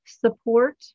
support